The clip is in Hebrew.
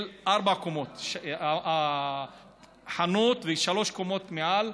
של ארבע קומות: החנות ושלוש קומות מעל.